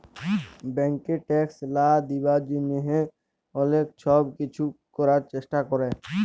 ব্যাংকে ট্যাক্স লা দিবার জ্যনহে অলেক ছব কিছু ক্যরার চেষ্টা ক্যরে